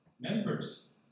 members